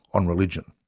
on religion.